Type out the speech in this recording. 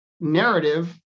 narrative